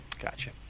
gotcha